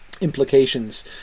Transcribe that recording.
implications